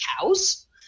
cows